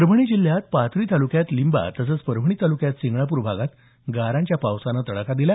परभणी जिल्ह्यात पाथरी तालुक्यात लिंबा तसंच परभणी तालुक्यात सिंगणापूर भागात गारांच्या पावसानं तडाखा दिला